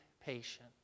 patient